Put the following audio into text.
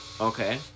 Okay